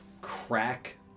crack